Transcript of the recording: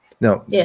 Now